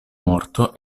morto